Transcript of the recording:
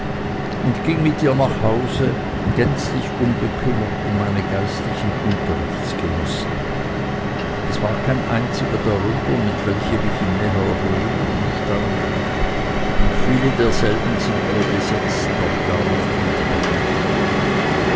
und ging mit ihr nach hause gänzlich unbekümmert um meine geistlichen unterrichtsgenossen es war kein einziger darunter mit welchem ich in näherer berührung stand und viele derselben sind mir bis jetzt noch gar nicht wieder begegnet